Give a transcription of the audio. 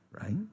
right